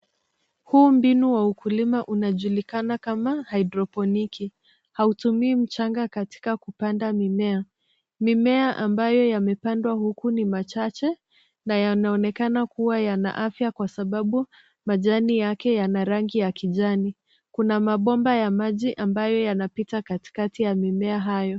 Huu mbinu wa ukulima unajulikana kama hydroponic . Hautumii mchanga katika kupanda mimea. Mimea ambayo yamepandwa huku ni machache na yanaonekana kuwa yana afya kwa sababu majani yake yana rangi ya kijani. Kuna mabomba ya maji ambayo yanapita katikati ya mimea hayo.